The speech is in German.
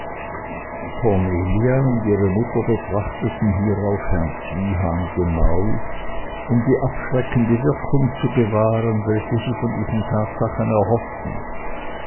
cornelia und ihre mutter betrachteten hierauf herrn zwiehan genau um die abschreckende wirkung zu gewahren welche sie von diesen tatsachen erhofften